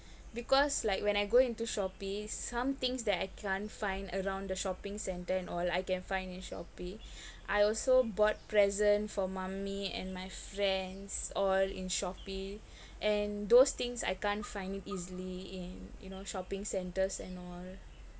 because like when I go into shopee some things that I can't find around the shopping centre and all I can find in shopee I also bought present for mummy and my friends all in shopee and those things I can't find it easily in you know shopping centres and all